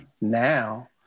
now